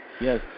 yes